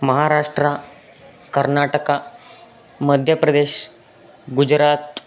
Maharashtra Karnataka Madhya Pradesh Gujarat